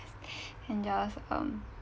and just um